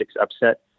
upset